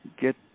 get